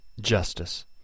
justice